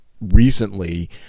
recently